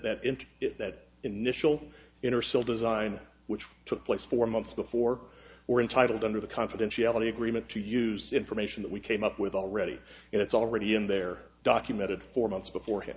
into that initial intersil design which took place four months before or entitled under the confidentiality agreement to use information that we came up with already and it's already in there documented four months before him